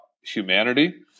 humanity